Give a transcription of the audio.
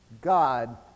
God